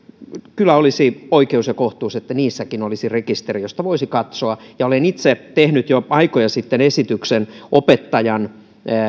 kyllä olisi oikeus ja kohtuus että niissäkin olisi rekisteri josta voisi katsoa olen itse tehnyt jo aikoja sitten esityksen opettajan